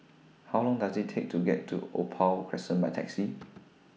How Long Does IT Take to get to Opal Crescent By Taxi